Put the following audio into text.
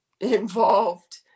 involved